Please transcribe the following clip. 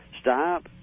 Stop